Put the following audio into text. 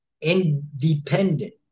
independent